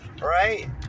right